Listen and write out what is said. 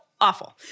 Awful